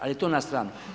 Ali to na stranu.